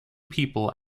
people